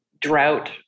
drought